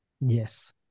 Yes